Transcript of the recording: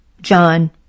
John